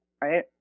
right